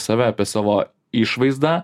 save apie savo išvaizdą